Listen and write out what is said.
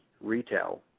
Retail